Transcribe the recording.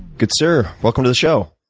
good sir, welcome to the show.